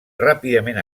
ràpidament